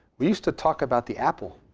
we used to talk about the apple,